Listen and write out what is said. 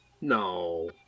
No